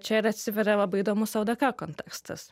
čia ir atsiveria labai įdomus ldk kontekstas